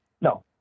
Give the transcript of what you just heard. No